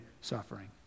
suffering